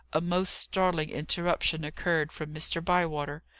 a most startling interruption occurred from mr. bywater.